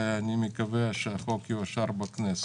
ואני מקווה שהחוק יאושר בכנסת.